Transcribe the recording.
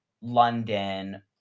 London